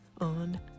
on